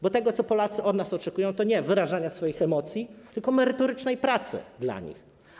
Bo Polacy od nas oczekują nie wyrażania swoich emocji, tylko merytorycznej pracy dla nich.